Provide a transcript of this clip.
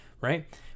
right